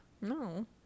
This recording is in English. No